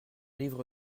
livre